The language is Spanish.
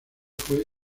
fue